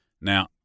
Now